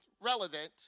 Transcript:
relevant